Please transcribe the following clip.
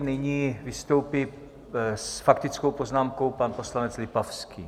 Nyní vystoupí s faktickou poznámkou pan poslanec Lipavský.